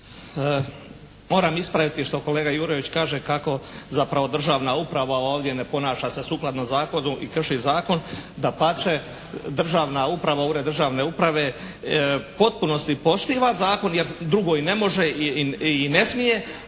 moram ispraviti što kolega Jurjević kaže kako zapravo državna uprava ovdje ne ponaša se sukladno zakonu i krši zakon. Dapače, državna uprava, ured državne uprave u potpunosti poštiva zakon jer drugo ne može i ne smije